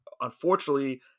unfortunately